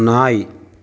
நாய்